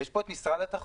יש פה את משרד התחבורה,